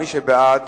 מי שבעד,